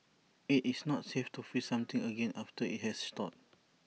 IT is not safe to freeze something again after IT has thawed